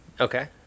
Okay